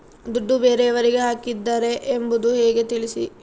ದುಡ್ಡು ಬೇರೆಯವರಿಗೆ ಹಾಕಿದ್ದಾರೆ ಎಂಬುದು ಹೇಗೆ ತಿಳಿಸಿ?